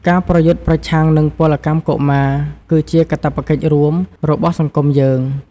ការប្រយុទ្ធប្រឆាំងនឹងពលកម្មកុមារ គឺជាកាតព្វកិច្ចរួមរបស់សង្គមយើង។